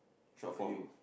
short form